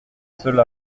cela